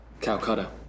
Calcutta